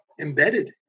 embedded